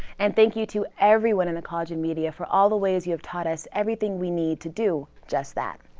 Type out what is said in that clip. and thank you to everyone in the college of media for all the ways you have taught us everything we need to do just that.